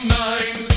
nine